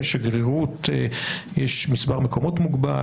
שבשגרירות יש מספר מקומות מוגבל,